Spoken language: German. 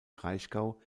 kraichgau